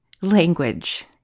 language